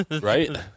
Right